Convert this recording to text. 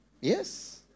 Yes